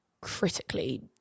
critically